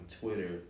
Twitter